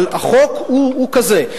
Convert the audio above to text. אבל החוק הוא כזה.